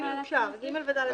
יחיא,